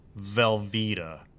Velveeta